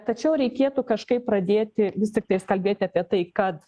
tačiau reikėtų kažkaip pradėti vis tiktais kalbėti apie tai kad